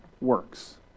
works